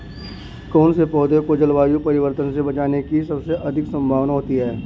कौन से पौधे को जलवायु परिवर्तन से बचने की सबसे अधिक संभावना होती है?